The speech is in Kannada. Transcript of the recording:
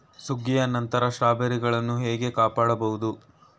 ಸುಗ್ಗಿಯ ನಂತರ ಸ್ಟ್ರಾಬೆರಿಗಳನ್ನು ಹೇಗೆ ಕಾಪಾಡ ಬಹುದು?